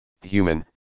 human